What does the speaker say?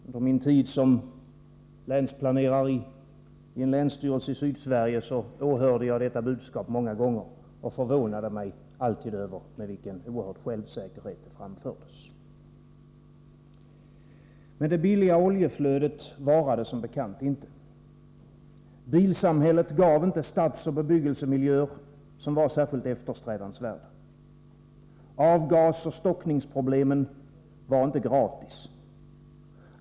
Under min tid som länsplanerare i en länsstyrelse i Sydsverige åhörde jag detta budskap många gånger. Jag förvånade mig alltid över med vilken oerhörd självsäkerhet det framfördes. Men det billiga oljeflödet varade som bekant inte. Bilsamhället gav inte stadsoch bebyggelsemiljöer som var särskilt eftersträvansvärda. Avgasoch trafikstockningsproblemen var inte gratis.